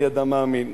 אני אדם מאמין,